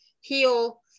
heal